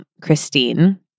Christine